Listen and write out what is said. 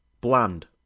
bland